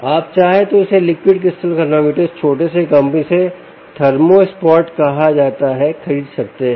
आप चाहें तो इस लिक्विड क्रिस्टल थर्मामीटर को इस छोटे से कंपनी जिसे थर्मो स्पॉट कहा जाता है खरीद सकते हैं